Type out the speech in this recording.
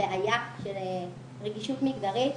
הבעיה של רגישות מגדרית.